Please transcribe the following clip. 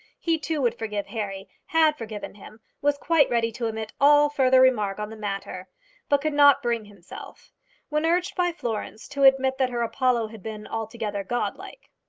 he too would forgive harry had forgiven him was quite ready to omit all further remark on the matter but could not bring himself when urged by florence to admit that her apollo had been altogether godlike.